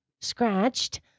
scratched